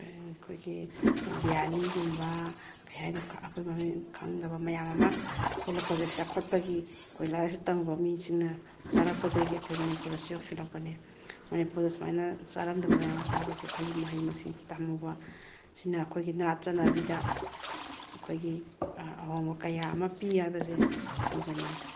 ꯑꯩꯈꯣꯏꯒꯤ ꯕ꯭ꯔꯤꯌꯥꯅꯤꯒꯨꯝꯕ ꯀꯩ ꯍꯥꯏꯅꯤ ꯑꯩꯈꯣꯏ ꯃꯃꯤꯡ ꯈꯪꯗꯕ ꯃꯌꯥꯝ ꯑꯃ ꯊꯣꯛꯂꯛꯄꯁꯦ ꯆꯥꯎꯈꯠꯄꯒꯤ ꯑꯩꯈꯣꯏ ꯂꯥꯏꯔꯤꯛ ꯂꯥꯏꯁꯨ ꯇꯝꯃꯨꯕ ꯃꯤꯁꯤꯡꯅ ꯆꯥꯔꯛꯄꯗꯒꯤ ꯑꯩꯈꯣꯏ ꯃꯅꯤꯄꯨꯔꯗꯁꯨ ꯌꯧꯁꯤꯜꯂꯛꯄꯅꯤ ꯃꯅꯤꯄꯨꯔꯗ ꯁꯨꯃꯥꯏꯅ ꯆꯥꯔꯝꯗꯕ ꯃꯌꯥꯝ ꯑꯃ ꯆꯥꯕꯁꯦ ꯑꯩꯈꯣꯏꯒꯤ ꯃꯍꯩ ꯃꯁꯤꯡ ꯇꯝꯃꯨꯕ ꯁꯤꯅ ꯑꯩꯈꯣꯏꯒꯤ ꯅꯥꯠ ꯆꯠꯅꯕꯤꯗ ꯑꯩꯈꯣꯏꯒꯤ ꯑꯍꯣꯡꯕ ꯀꯌꯥ ꯑꯃ ꯄꯤ ꯍꯥꯏꯕꯁꯦ ꯊꯝꯖꯅꯤꯡꯏ